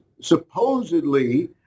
supposedly